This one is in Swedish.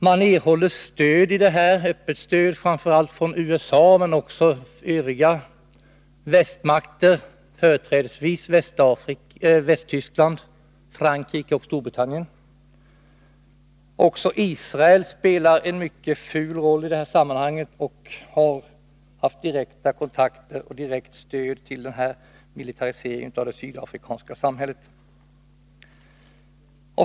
Man erhåller öppet stöd framför allt från USA men också från övriga västmakter, företrädesvis Västtyskland, Frankrike och Storbritannien. Också Israel spelar en mycket ful roll i sammanhanget och har gett direkt stöd till militariseringen av det sydafrikanska samhället.